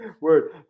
word